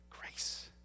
grace